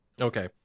Okay